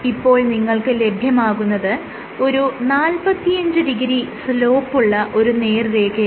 ഇപ്പോൾ നിങ്ങൾക്ക് ലഭ്യമാകുന്നത് ഒരു 450 സ്ലോപ്പുള്ള ഒരു നേർരേഖയാണ്